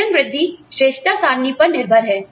वेतन वृद्धि श्रेष्ठता सारणी पर निर्भर है